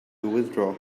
withdraw